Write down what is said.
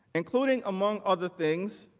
including among other things,